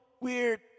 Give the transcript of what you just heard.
weird